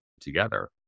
together